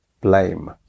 blame